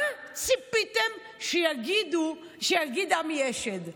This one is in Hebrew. מה ציפיתם שיגיד עמי אשד?